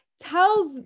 tells